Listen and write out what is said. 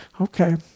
okay